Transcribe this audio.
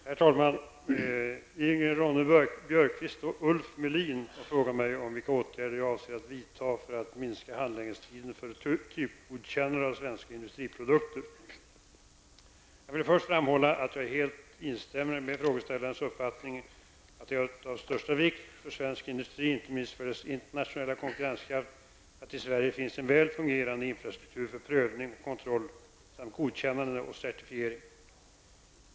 Herr talman! Ingrid Ronne-Björkqvist och Ulf Melin har frågat mig vilka åtgärder jag avser att vidta för att minska handläggningstiden för typgodkännanden av svenska industriprodukter. Jag vill först framhålla att jag helt instämmer med frågeställarnas uppfattning att det är av största vikt för svensk industri och inte minst för dess internationella konkurrenskraft att det i Sverige finns en väl fungerande infrastruktur för prövning och kontroll samt godkännande och certifiering.